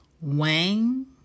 Wang